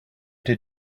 did